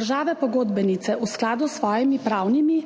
»Države pogodbenice v skladu s svojimi pravnimi